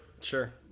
Sure